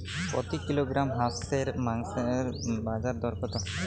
প্রতি কিলোগ্রাম হাঁসের মাংসের বাজার দর কত?